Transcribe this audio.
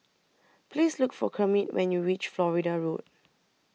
Please Look For Kermit when YOU REACH Florida Road